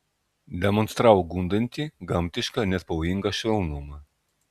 demonstravo gundantį gamtišką net pavojingą švelnumą